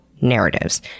narratives